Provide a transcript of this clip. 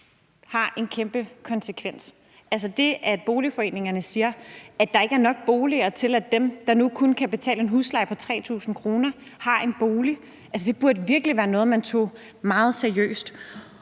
har en kæmpe konsekvens. Det, at boligforeningerne siger, at der ikke er nok boliger, til at dem, der nu kun kan betale en husleje på 3.000 kr., har en bolig, burde virkelig være noget, man tog meget seriøst.